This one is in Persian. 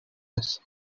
است